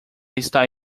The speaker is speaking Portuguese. está